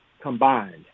combined